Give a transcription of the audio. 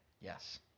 Yes